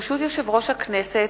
ברשות יושב-ראש הכנסת,